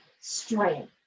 strength